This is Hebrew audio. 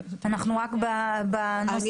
אנחנו רק בסעיף הראשון.